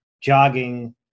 jogging